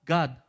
God